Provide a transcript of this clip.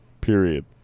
period